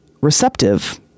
receptive